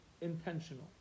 intentional